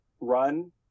run